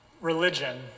religion